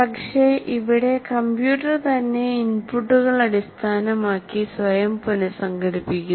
പക്ഷേ ഇവിടെ കമ്പ്യൂട്ടർ തന്നെ ഇൻപുട്ടുകൾ അടിസ്ഥാനമാക്കി സ്വയം പുനസംഘടിപ്പിക്കുന്നു